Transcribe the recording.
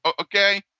Okay